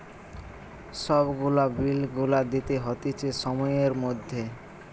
সব গুলা বিল গুলা দিতে হতিছে সময়ের মধ্যে